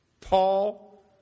Paul